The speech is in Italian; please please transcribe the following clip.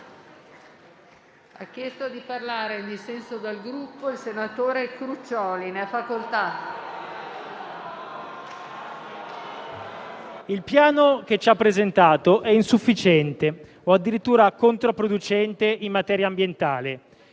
il Piano che ci ha presentato è insufficiente o addirittura controproducente in materia ambientale.